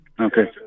Okay